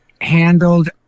handled